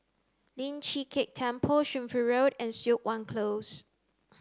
Lian Chee Kek Temple Shunfu Road and Siok Wan Close